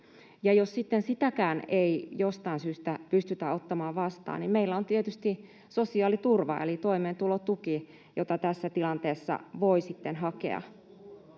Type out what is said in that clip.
sitäkään ei jostain syystä pystytä ottamaan vastaan, meillä on tietysti sosiaaliturva eli toimeentulotuki, jota tässä tilanteessa voi sitten